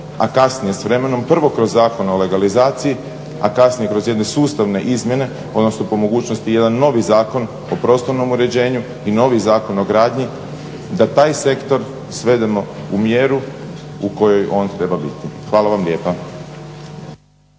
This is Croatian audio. a kasnije s vremenom prvo kroz Zakon o legalizaciji, a kasnije kroz jedne sustavne izmjene odnosno po mogućnosti jedan novi Zakon o prostornom uređenju i novi Zakon o gradnji da taj sektor svedemo u mjeru u kojoj on treba biti. Hvala vam lijepa.